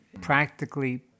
practically